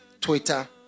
Twitter